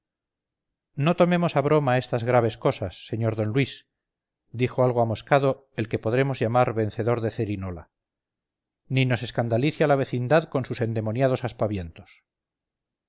no tomemos a broma estas graves cosas señor d luis dijo algo amoscado el que podremos llamar vencedor de cerinola ni nos escandalice a la vecindad con sus endemoniados aspavientos